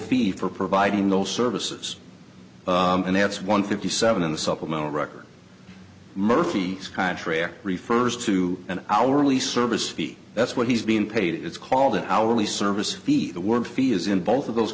for providing those services and that's one fifty seven in the supplemental record murphy contract refers to an hourly service fee that's what he's been paid it's called an hourly service fee the word fee is in both of those